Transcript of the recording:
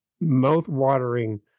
mouth-watering